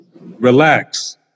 Relax